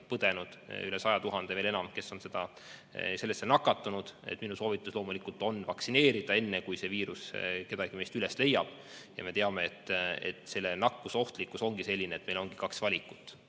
põdenud, üle 100 000 ja veel enam on neid, kes on nakatunud. Minu soovitus on loomulikult vaktsineerida, enne kui see viirus kedagi meist üles leiab. Me teame, et selle nakkusohtlikkus ongi selline, et meil on kaks valikut: